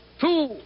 two